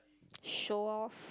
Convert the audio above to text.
show off